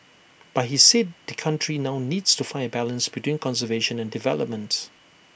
but he said the country now needs to find A balance between conservation and developments